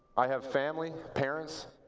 i have family, parents,